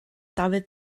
dafydd